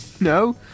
No